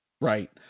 Right